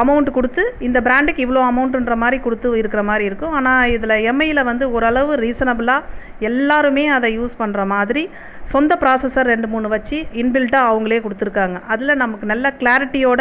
amount கொடுத்து இந்த ப்ராண்டுக்கு இவ்வளோ அமௌன்ட்டுன்ற மாதிரி கொடுத்து இருக்கிற மாதிரி இருக்கும் ஆனால் இதில் எம்ஐயில் வந்து ஒரு அளவு ரீசனபுளாக எல்லாருமே அதை யூஸ் பண்ணற மாதிரி சொந்த ப்ராசஸர் ரெண்டு மூணு வச்சு இன்பில்ட்டாக அவங்ளே கொடுத்துருக்காங்க அதில் நமக்கு நல்லா கிளாரிட்டியோட